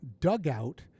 dugout